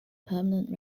permanent